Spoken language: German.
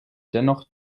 dennoch